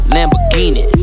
Lamborghini